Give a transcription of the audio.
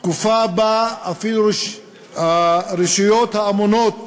תקופה שבה אפילו הרשויות האמונות